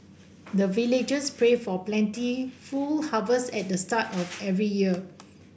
the villagers pray for plentiful harvest at the start of every year